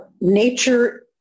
nature